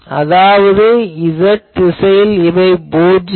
அதாவது z திசையில் இவை பூஜ்யம்